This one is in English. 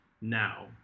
now